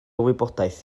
wybodaeth